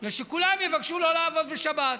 מפני שכולם יבקשו שלא לעבוד בשבת.